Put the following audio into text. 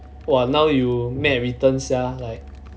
!wah! now you may return sia like